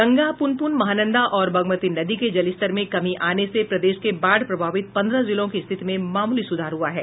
गंगा प्रनपून महानंदा और बागमती नदी के जलस्तर में कमी आने से प्रदेश के बाढ़ प्रभावित पन्द्रह जिलों की स्थिति में मामूली सुधार हुआ है